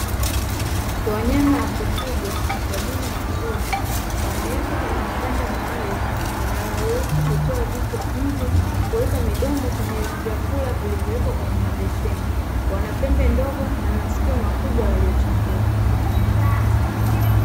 Wanyama wa kufugwa kwa jina la mbuzi, wamewekwa kwenye mabanda maalumu yanayowaruhusu kutoa vichwa nje, kuweka midomo kwenye vyakula vilivyowekwa kwenye mabeseni, wana pembe ndogo na masikio makubwa yakiyochongoka.